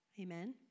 Amen